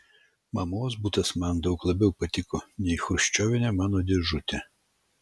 mamos butas man daug labiau patiko nei chruščiovinė mano dėžutė